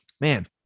man